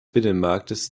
binnenmarktes